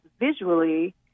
visually